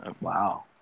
wow